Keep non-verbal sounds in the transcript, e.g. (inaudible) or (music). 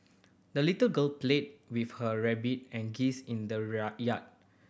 the little girl played with her rabbit and geese in the (unintelligible) yard